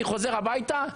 אני חוזר הביתה,